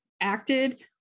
acted